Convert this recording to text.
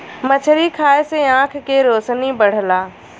मछरी खाये से आँख के रोशनी बढ़ला